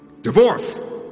Divorce